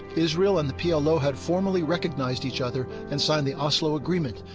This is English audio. israel and the plo had formally recognized each other and signed the oslo agreement,